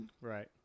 right